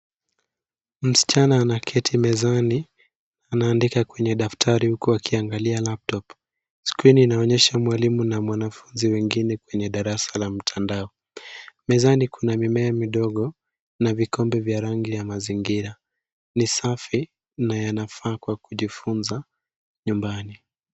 Msichana anaketi mezani anaandika kwenye daftari huku akiangalia laptop . Skrini inaonyesha mwalimu na wanafunzi wengine kwenye darasa la mtandao. Mezani kuna mimea midogo na vikombe vya rangi ya mazingira ni safi na yanafaa kwa kujifunza nyumbani.